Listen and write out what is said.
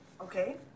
Okay